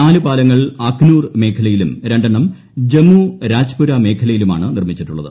നാല് പാലങ്ങൾ അഖ്നൂർ മേഖലയിലും രണ്ടെണ്ണം ജമ്മു രാജ്പൂര മേഖലയിലുമാണ് നിർമ്മിച്ചിട്ടുള്ളത്